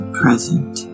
present